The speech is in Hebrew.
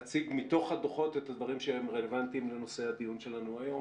להציג מתוך הדוחות את הדברים שהם רלוונטיים לנושא הדיון שלנו היום.